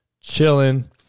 chilling